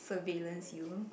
pervilens you